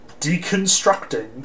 deconstructing